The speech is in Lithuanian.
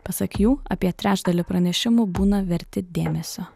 pasak jų apie trečdalį pranešimų būna verti dėmesio